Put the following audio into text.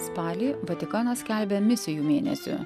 spalį vatikanas skelbia misijų mėnesiu